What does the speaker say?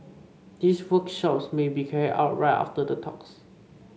these workshops may be carried out right after the talks